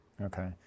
Okay